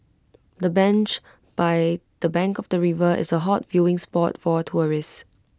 the bench by the bank of the river is A hot viewing spot for tourists